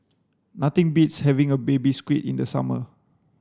nothing beats having a baby squid in the summer